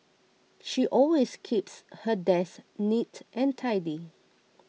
she always keeps her desk neat and tidy